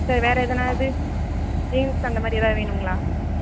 sir வேறு எதனாவது jeans அந்த மாதிரி எதாவது வேணுங்களா